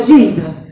Jesus